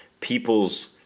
people's